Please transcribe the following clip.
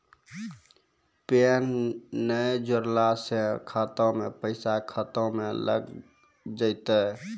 Pan ने जोड़लऽ छै खाता मे पैसा खाता मे लग जयतै?